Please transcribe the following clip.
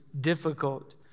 difficult